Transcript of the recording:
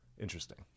interesting